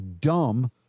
dumb